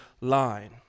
line